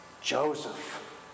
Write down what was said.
Joseph